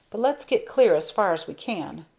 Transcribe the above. but let's get clear as far as we can.